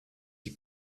die